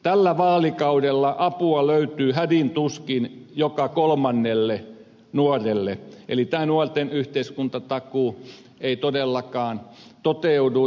tällä vaalikaudella apua löytyy hädin tuskin joka kolmannelle nuorelle eli tämä nuorten yhteiskuntatakuu ei todellakaan toteudu